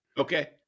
Okay